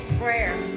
prayer